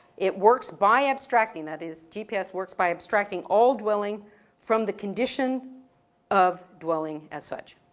it works by abstracting, that is gps works by abstracting all dwelling from the condition of dwelling as such.